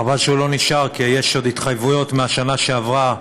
חבל שהוא לא נשאר כי יש עוד התחייבויות מהשנה שעברה,